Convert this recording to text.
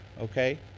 okay